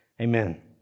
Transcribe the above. Amen